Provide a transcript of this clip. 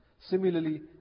similarly